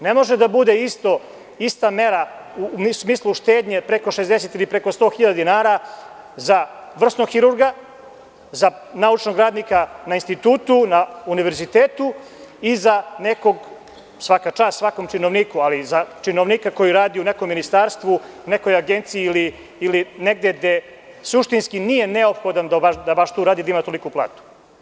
Ne može da bude ista mera u smislu štednje preko 60 ili preko 100.000 dinara za vrsnog hirurga, za naučnog radnika na institutu, na univerzitetu i za nekog, svaka čast svakom činovniku, ali za činovnika koji radi u nekom ministarstvu, nekoj agenciji ili negde gde suštinski nije neophodan da baš tu radi i da ima toliku platu.